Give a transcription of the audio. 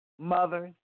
mothers